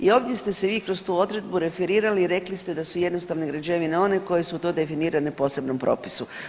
I ovdje ste se vi kroz tu odredbu referirali i rekli ste da su jednostavne građevine one koje su to definirane u posebnom propisu.